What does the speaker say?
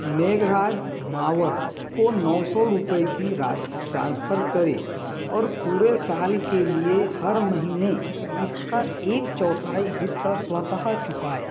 मेघराज मावर को नौ सौ रुपये की राश ट्रांसफ़र करें और पूरे साल के लिए हर महीने इसका एक चौथाई हिस्सा स्वतः चुकाएँ